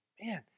Man